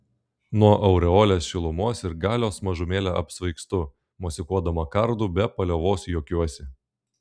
nuo aureolės šilumos ir galios mažumėlę apsvaigstu mosikuodama kardu be paliovos juokiuosi